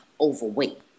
overweight